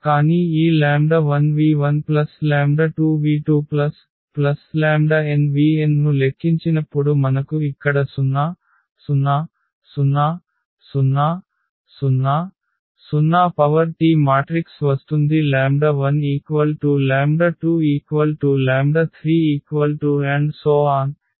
కానీ ఈ 1v12v2nvn ను లెక్కించినప్పుడు మనకు ఇక్కడ0 0 0 0 0 0Tమాట్రిక్స్ వస్తుంది 1 ఇది 2360 0